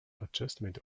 adjustment